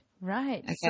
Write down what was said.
right